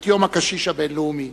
את יום הקשיש הבין-לאומי.